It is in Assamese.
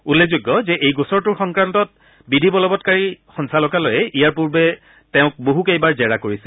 উল্লেখযোগ্য যে এই গোচৰটোৰ সংক্ৰান্তত বিধি বলবৎকাৰী সঞ্চালকালয়ে ইয়াৰ পূৰ্বে বহুকেইবাৰ জেৰা কৰিছিল